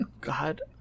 God